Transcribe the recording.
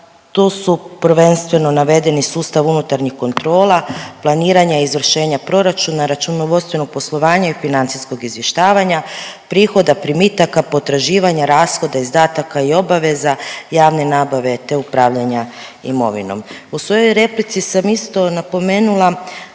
to su prvenstveno navedeni sustav unutarnjih kontrola, planiranja izvršenja proračuna, računovodstveno poslovanje i financijskog izvještavanja, prihoda, primitaka, potraživanja, rashoda, izdataka i obaveza javne nabave te upravljanja imovinom. U svojoj replici sam isto napomenula